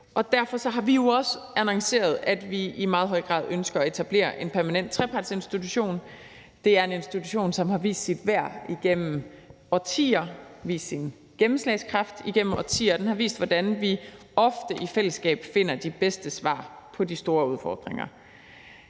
Derfor har vi jo også annonceret, at vi i meget høj grad ønsker at etablere en permanent trepartsinstitution. Det er en institution, som har vist sit værd igennem årtier ved sin gennemslagskraft; den har vist, hvordan vi ofte i fællesskab finder de bedste svar på de store udfordringer.